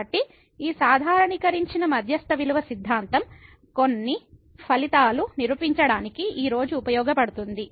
కాబట్టి ఈ సాధారణీకరించిన మధ్యస్థ విలువ సిద్ధాంతం కొన్ని ఫలితాలు నిరూపించడానికి ఈ రోజు ఉపయోగించబడుతుంది